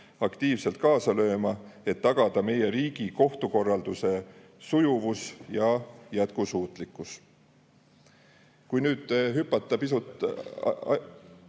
aktiivselt kaasa lööma, et tagada meie riigi kohtukorralduse sujuvus ja jätkusuutlikkus. Kui nüüd hüpata ajas